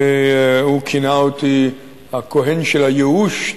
והוא כינה אותי "הכוהן של הייאוש"